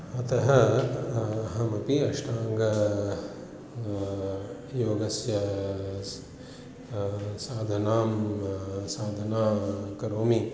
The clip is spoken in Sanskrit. अतः अहमपि अष्टाङ्गयोगस्य स् साधनां साधनां करोमि